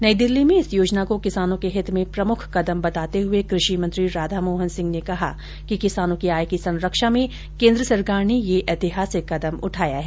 नई दिल्ली में इस योजना को किसानों के हित में प्रमुख कदम बताते हुए कृषि मंत्री राधामोहन सिंह ने कहा कि किसानों की आय की संरक्षा में केन्द्र सरकार ने ये ऐतिहासिक कदम उठाया है